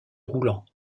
roulant